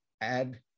add